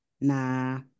Nah